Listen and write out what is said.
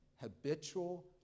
habitual